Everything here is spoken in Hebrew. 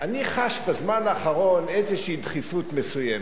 אני חש בזמן האחרון איזו דחיפות מסוימת.